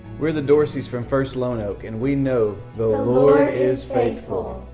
we're the dorsey's from first lonoke and we know the lord is faithful.